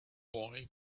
boy